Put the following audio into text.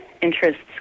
interests